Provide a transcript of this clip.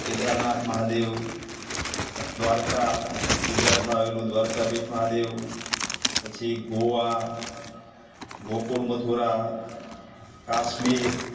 કેદારનાથ મહાદેવ દ્વારકા ગુજરાતમાં આવેલું દ્વારકાપીઠ મહાદેવ પછી ગોવા ગોકુળ મથુરા કાશ્મીર